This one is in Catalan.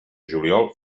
juliol